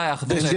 אני מבקש תשובה.